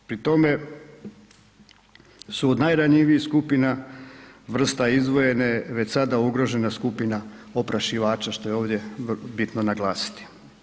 Pri tome su od najranjivijih skupina vrsta izdvojene već sada ugrožena skupina oprašivača što je ovdje bitno naglasiti.